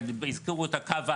הזכירו את הקו האדום.